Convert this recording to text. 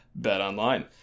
BetOnline